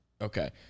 Okay